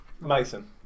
Mason